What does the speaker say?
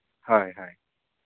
ᱦᱳᱭ ᱦᱳᱭ